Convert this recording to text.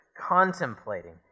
contemplating